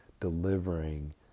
delivering